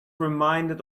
reminded